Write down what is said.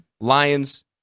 Lions